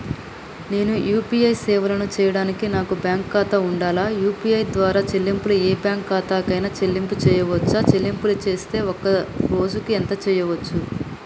నేను యూ.పీ.ఐ సేవలను చేయడానికి నాకు బ్యాంక్ ఖాతా ఉండాలా? యూ.పీ.ఐ ద్వారా చెల్లింపులు ఏ బ్యాంక్ ఖాతా కైనా చెల్లింపులు చేయవచ్చా? చెల్లింపులు చేస్తే ఒక్క రోజుకు ఎంత చేయవచ్చు?